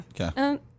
Okay